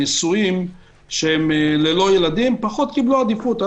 נשואים ללא ילדים קיבלו עדיפות משנית.